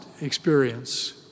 experience